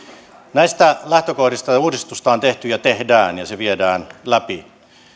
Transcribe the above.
näistä lähtökohdista uudistusta on tehty ja tehdään ja se viedään läpi